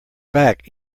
back